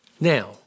now